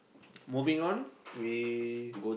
moving on we